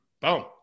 Boom